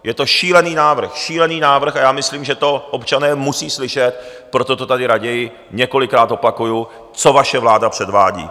Je to šílený návrh, šílený návrh, a já myslím, že to občané musí slyšet, proto to tady raději několikrát opakuji, co vaše vláda předvádí.